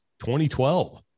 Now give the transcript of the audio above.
2012